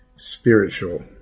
spiritual